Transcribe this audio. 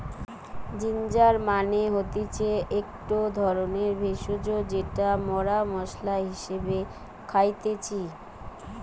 ginger মানে হতিছে একটো ধরণের ভেষজ যেটা মরা মশলা হিসেবে খাইতেছি